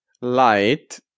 Light